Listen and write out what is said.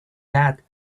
that